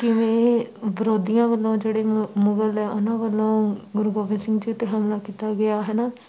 ਕਿਵੇਂ ਵਿਰੋਧੀਆਂ ਵੱਲੋਂ ਜਿਹੜੇ ਮ ਮੁਗਲ ਹੈ ਉਹਨਾਂ ਵੱਲੋਂ ਗੁਰੂ ਗੋਬਿੰਦ ਸਿੰਘ ਜੀ 'ਤੇ ਹਮਲਾ ਕੀਤਾ ਗਿਆ ਹੈ ਨਾ